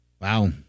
Wow